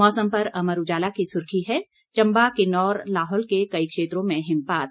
मौसम पर अमर उजाला की सुर्खी है चंबा किन्नौर लाहौल के कई क्षेत्रों में हिमपात